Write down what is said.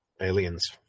Aliens